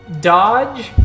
dodge